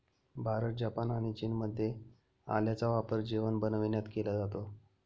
Bharat, Japan आणि चीनमध्ये आल्याचा वापर जेवण बनविण्यात केला जातो